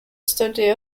study